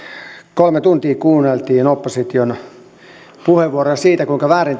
kolme tuntia kuunneltiin opposition puheenvuoroja siitä kuinka väärin